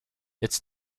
its